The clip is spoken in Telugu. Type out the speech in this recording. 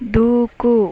దూకు